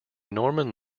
norman